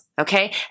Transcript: Okay